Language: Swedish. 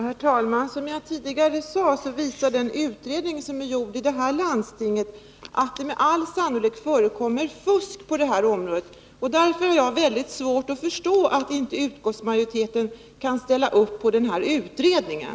Herr talman! Som jag tidigare sade visar den utredning som gjorts av Stockholms läns landsting att det med all sannolikhet förekommer fusk på detta område. Därför har jag väldigt svårt att förstå att utskottsmajoriteten inte kan ställa upp på den här utredningen.